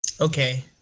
Okay